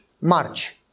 March